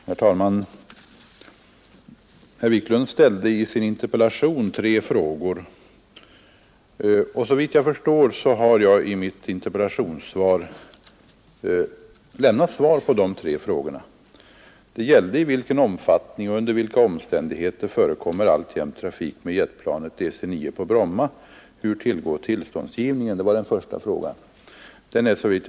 Herr talman! Herr Wiklund ställde i sin interpellation tre frågor, och såvitt jag förstår har jag i mitt interpellationssvar lämnat svar på dessa tre frågor. Den första frågan gällde i vilken omfattning och under vilka omständigheter trafik med jetplanet DC-9 alltjämt förekommer på Bromma flygplats och hur tillståndsgivningen avseende denna trafik tillgår.